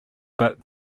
but